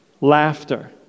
laughter